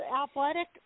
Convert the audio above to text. athletic